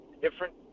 different